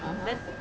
(uh huh)